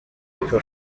people